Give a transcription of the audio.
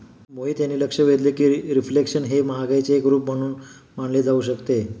मोहित यांनी लक्ष वेधले की रिफ्लेशन हे महागाईचे एक रूप म्हणून मानले जाऊ शकते